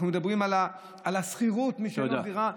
ואנחנו מדברים על השכירות, מי שאין לו דירה.